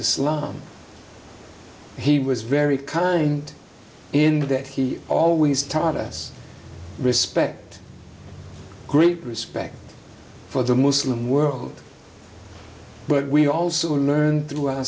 islam he was very kind in that he always taught us respect great respect for the muslim world but we also learned through